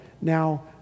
now